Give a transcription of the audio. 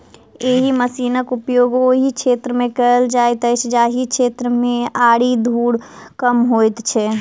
एहि मशीनक उपयोग ओहि क्षेत्र मे कयल जाइत अछि जाहि क्षेत्र मे आरि धूर कम होइत छै